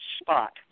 spot